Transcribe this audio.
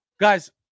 Guys